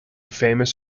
famous